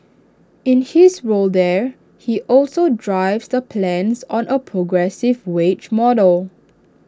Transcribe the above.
in his role there he also drives the plans on A progressive wage model